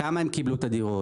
בכמה הם קיבלו את הדירות,